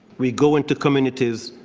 we go into communities